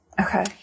Okay